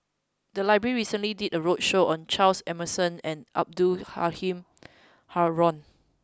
the library recently did a roadshow on Charles Emmerson and Abdul Halim Haron